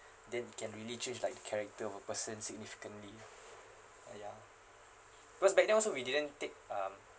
then it can really change like the character of a person significantly ah ya because back then also we didn't take um